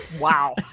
Wow